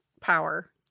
power